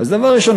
דבר ראשון,